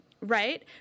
Right